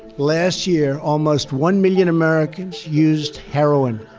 last year almost one million americans used heroin,